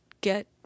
get